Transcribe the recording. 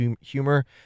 humor